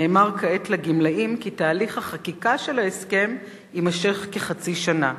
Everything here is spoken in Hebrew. נאמר כעת לגמלאים כי תהליך החקיקה של ההסכם יימשך כחצי שנה.